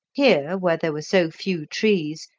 here, where there were so few trees,